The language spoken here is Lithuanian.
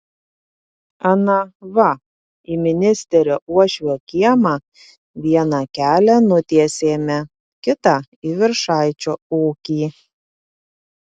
ana va į ministerio uošvio kiemą vieną kelią nutiesėme kitą į viršaičio ūkį